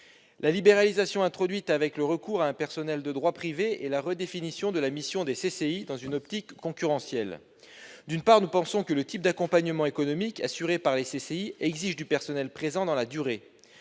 la libéralisation introduite par le recours à un personnel de droit privé et la redéfinition de la mission des CCI dans une optique concurrentielle. Nous pensons tout d'abord que le type d'accompagnement économique assuré par les CCI exige du personnel présent dans la durée.